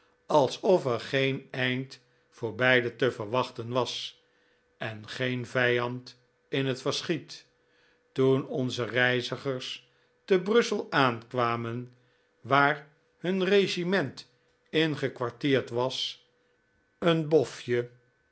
alsof er geen eind voor beide te verwachten was en geen vijand in het verschiet toen onze reizigers te brussel aankwamen waar hun regiment ingekwartierd was een